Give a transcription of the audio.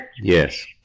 Yes